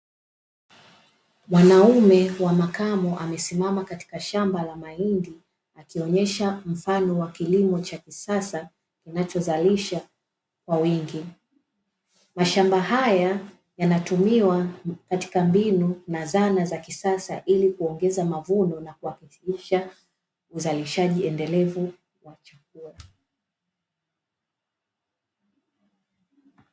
Mwanaume wa makamo amesimama katika shamba la mahindi akionyesha mfano wa kilimo cha kisasa kinacho zalisha kwa wingi, mashamba haya yanatumiwa katika mbinu na zana za kisasa ili kuongeza mavuno na kuhimarisha uzalishaji endelevu wa chakula.